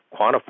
quantify